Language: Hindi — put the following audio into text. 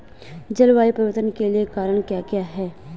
जलवायु परिवर्तन के कारण क्या क्या हैं?